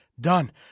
done